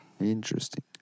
Interesting